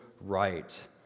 right